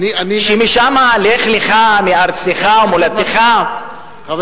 שמשם "לך לך מארצך וממולדתך" אני,